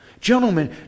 Gentlemen